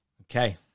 Okay